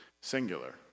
singular